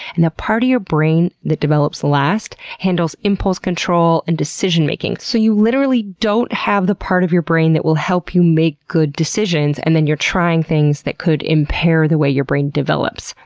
and the part of your brain that develops last, handles impulse control and decision making. so you literally don't have the part of your brain that will help you make good decisions, and then you're trying things that could impair the way your brain develops.